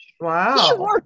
wow